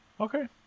Okay